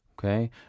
okay